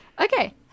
Okay